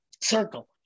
circle